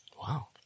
Wow